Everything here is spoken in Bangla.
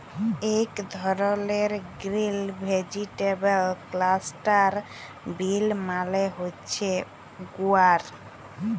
ইক ধরলের গ্রিল ভেজিটেবল ক্লাস্টার বিল মালে হছে গুয়ার